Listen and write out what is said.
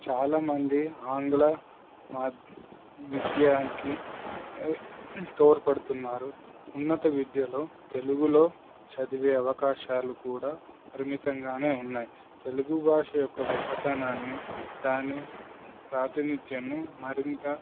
చాలామంది ఆంగ్ల విద్యానికి తోర్పడుతున్నారు ఉన్నత విద్యలో తెలుగులో చదివే అవకాశాలు కూడా పరిమితంగానే ఉన్నాయి తెలుగు భాష యొక్క గొప్పతనాన్ని దాని ప్రాతినిధ్యము మరింత